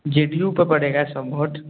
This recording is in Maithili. जे डी यू पर पड़ेगा सब वोट